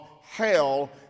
hell